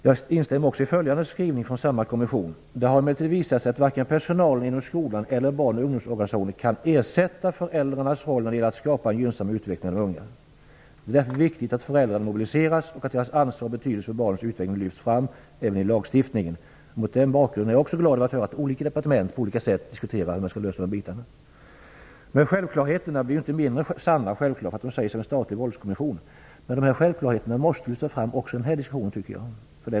Jag instämmer också i följande skrivning från samma kommission: "Det har emellertid visat sig att varken personalen inom skolan eller barn och ungdomsorganisationer kan ersätta föräldrarnas roll när det gäller att skapa en gynnsam utveckling av de unga. Det är därför viktigt att föräldrar mobiliseras och att deras ansvar och betydelse för barnens utveckling lyfts fram även i lagstiftningen." Mot den bakgrunden är jag glad att olika departement på olika sätt diskuterar hur man skall lösa detta. Men självklarheterna blir inte mindre sanna av att de sägs av en statlig våldskommission. Dessa självklarheter måste lyftas fram också i den här diskussionen.